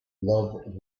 love